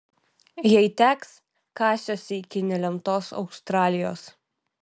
jei teks kasiuosi iki nelemtos australijos